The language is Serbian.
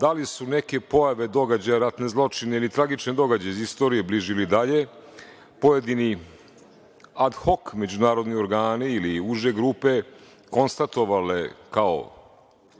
da li su neke pojave, događaji ratni zločini ili tragični događaji iz istorije, bliže ili dalje, pojedini ad hok međunarodni organi ili uže grupe konstatovale kao